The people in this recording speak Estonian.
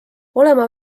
olema